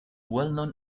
well